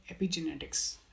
epigenetics